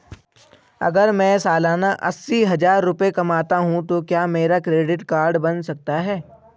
अगर मैं सालाना अस्सी हज़ार रुपये कमाता हूं तो क्या मेरा क्रेडिट कार्ड बन सकता है?